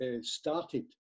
started